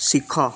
ଶିଖ